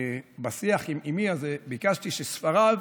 בשיח עם אימי ביקשתי שספריו